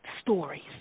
stories